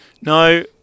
no